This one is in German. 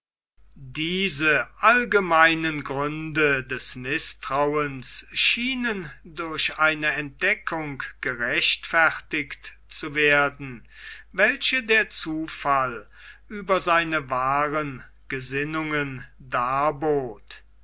diese allgemeinen gründe des mißtrauens schienen durch eine entdeckung gerechtfertigt zu werden welche der zufall über seine wahren gesinnungen darbot